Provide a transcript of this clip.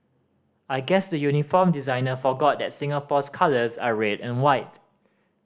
I guess the uniform designer forgot that Singapore's colours are red and white